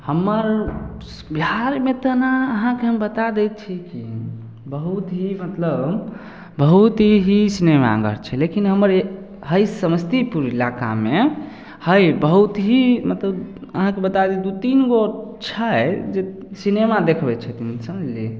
हमर बिहारमे तऽ ने अहाँके हम बता दै छी की बहुत ही मतलब बहुत ही सिनेमाघर छै लेकिन हमर हइ समस्तीपुर इलाकामे हइ बहुत ही मतलब अहाँके बता दै छी तीनगो छै जे सिनेमा देखबै छथिन समझली